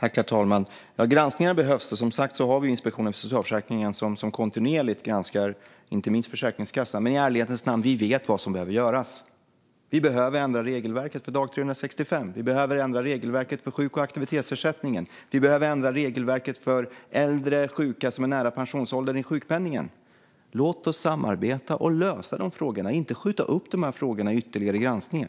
Herr talman! Ja, granskningar behövs. Vi har som sagt Inspektionen för socialförsäkringen, som kontinuerligt granskar inte minst Försäkringskassan. Men i ärlighetens namn: Vi vet vad som behöver göras. Vi behöver ändra regelverket för dag 365. Vi behöver ändra regelverket för sjuk och aktivitetsersättningen. Vi behöver ändra regelverket när det gäller sjukpenningen för äldre och sjuka som är nära pensionsåldern. Låt oss samarbeta och lösa de frågorna, inte skjuta upp dem med ytterligare granskningar!